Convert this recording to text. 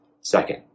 Second